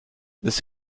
this